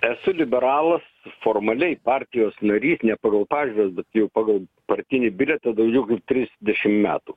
esu liberalas formaliai partijos narys ne pagal pažiūras jau pagal partinį bilietą daugiau kaip trisdešim metų